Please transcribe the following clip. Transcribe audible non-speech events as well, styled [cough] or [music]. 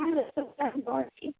[unintelligible]